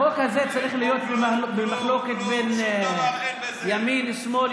החוק הזה צריך להיות במחלוקת בין ימין לשמאל,